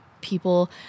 people